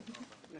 כן.